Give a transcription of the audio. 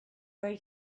very